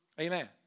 Amen